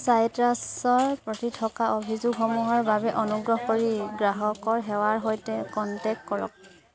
চাইট্ৰাছৰ প্ৰতি থকা অভিযোগসমূহৰ বাবে অনুগ্ৰহ কৰি গ্ৰাহকৰ সেৱাৰ সৈতে কন্টেক্ট কৰক